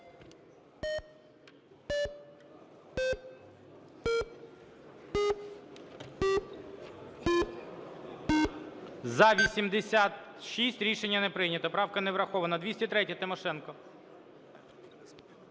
За-86 Рішення не прийнято. Правка не врахована. 203-я, Тимошенко.